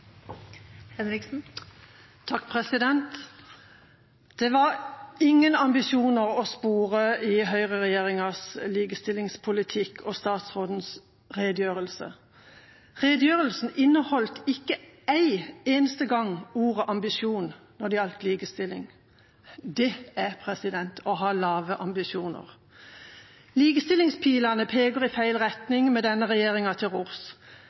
Det var ingen ambisjoner å spore i høyreregjeringas likestillingspolitikk og statsrådens redegjørelse. Redegjørelsen inneholdt ikke én eneste gang ordet «ambisjon» når det gjaldt likestilling. Det er å ha lave ambisjoner. Likestillingspilene peker i feil retning med denne regjeringa til rors.